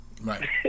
Right